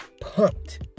pumped